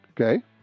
Okay